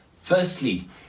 Firstly